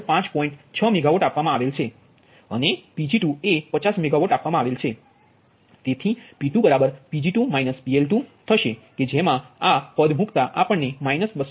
6 megawatt આપવામાં આવેલ છે અને Pg2એ 50 મેગાવાટ આપવામાં આવેલ છે તેથી P2 Pg2 PL2 થશે કે જેમા મુકતા આપણને 255